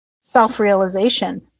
self-realization